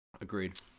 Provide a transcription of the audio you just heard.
Agreed